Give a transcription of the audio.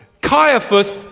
Caiaphas